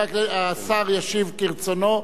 כמובן, הוא משיב לטלב אלסאנע.